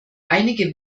einige